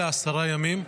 אלא עשרה ימים,